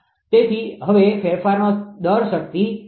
તેથી હવે ફેરફારનો નો દર શક્તિ છે